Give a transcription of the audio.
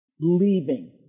leaving